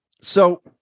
So-